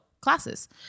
classes